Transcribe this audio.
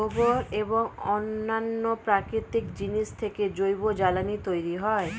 গোবর এবং অন্যান্য প্রাকৃতিক জিনিস থেকে জৈব জ্বালানি তৈরি হয়